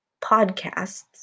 podcasts